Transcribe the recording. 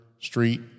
Street